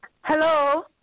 Hello